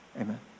amen